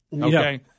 Okay